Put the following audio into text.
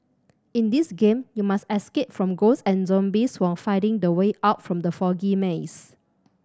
in this game you must escape from ghosts and zombies while finding the way out from the foggy maze